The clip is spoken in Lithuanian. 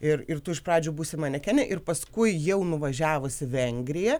ir ir tu iš pradžių busi manekenė ir paskui jau nuvažiavus į vengriją